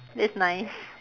that's nice